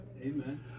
Amen